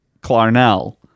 Clarnell